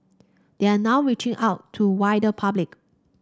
they are now reaching out to wider public